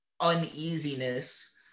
uneasiness